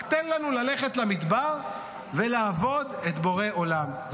רק תן לנו ללכת למדבר ולעבוד את בורא עולם.